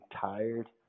tired